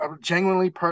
genuinely